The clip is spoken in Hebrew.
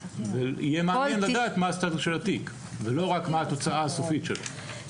יהיה מעניין לדעת מה הסטטוס של התיק ולא רק מה התוצאה הסופית שלו.